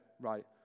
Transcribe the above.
right